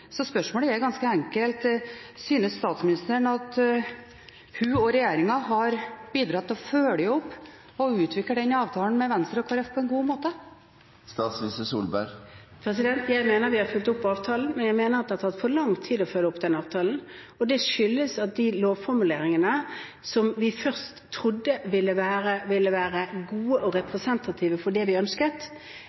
Spørsmålet er ganske enkelt: Synes statsministeren at hun og regjeringen har bidratt til å følge opp og utvikle avtalen med Venstre og Kristelig Folkeparti på en god måte? Jeg mener vi har fulgt opp avtalen, men jeg mener at det har tatt for lang tid å følge den opp, og det skyldes at de lovformuleringene som vi først trodde ville være gode og representative for det vi ønsket,